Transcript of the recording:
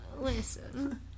Listen